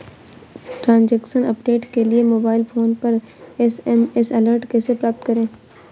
Transaction update के लिए mobile phone पर एस.एम.एस अलर्ट कैसे प्राप्त करें?